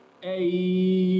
Hey